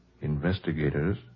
investigators